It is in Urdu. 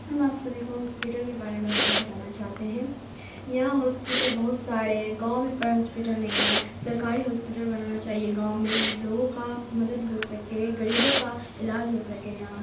ہم آپ سبھی کو ہاسپیٹل کے بارے میں بنانا بتانا چاہتے ہیں یہاں ہاسپیٹل بہت سارے ہیں گاؤں میں پر ہاسپیٹل نہیں ہے سرکاری ہاسپیٹل بنانا چاہیے گاؤں میں لوگوں کا مدد ہو سکے غریبوں کا علاج ہو سکے یہاں